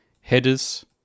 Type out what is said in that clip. Headers